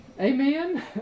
Amen